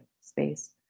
space